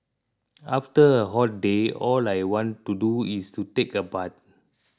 after a hot day all I want to do is to take a bath